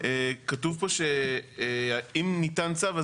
כתוב פה אם ניתן צו,